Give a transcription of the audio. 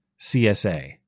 CSA